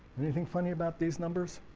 anything funny about these numbers?